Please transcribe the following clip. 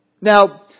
Now